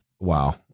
Wow